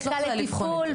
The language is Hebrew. את לא יכולה לבחון את זה.